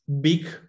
big